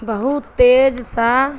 بہ تیز سا